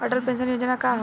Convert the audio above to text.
Atal pension योजना का ह?